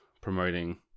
promoting